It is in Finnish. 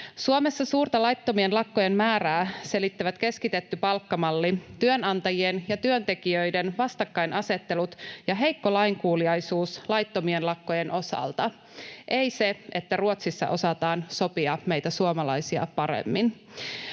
Suomessa suurta laittomien lakkojen määrää selittävät keskitetty palkkamalli, työnantajien ja työntekijöiden vastakkainasettelut ja heikko lainkuuliaisuus laittomien lakkojen osalta — ei se, että Ruotsissa osataan sopia meitä suomalaisia paremmin.